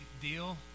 deal